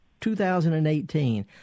2018